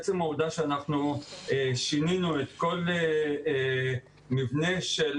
עצם העובדה שאנחנו שינינו את כל המבנה של